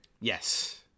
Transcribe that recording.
Yes